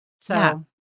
So-